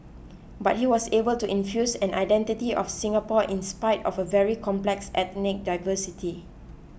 but he was able to infuse an identity of Singapore in spite of a very complex ethnic diversity